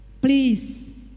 please